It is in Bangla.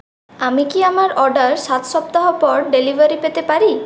আমি কি আমার অর্ডার সাত সপ্তাহ পর ডেলিভারি পেতে পারি